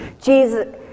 Jesus